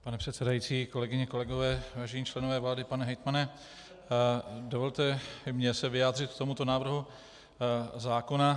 Pane předsedající, kolegyně a kolegové, vážení členové vlády, pane hejtmane, dovolte i mně se vyjádřit k tomuto návrhu zákona.